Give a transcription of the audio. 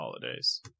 holidays